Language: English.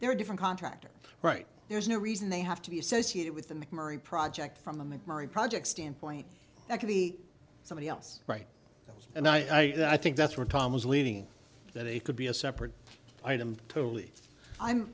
there are different contractor right there's no reason they have to be associated with the mcmurry project from the mcmurry project standpoint that could be somebody else right and i think that's where tom is leaving that they could be a separate item totally i'm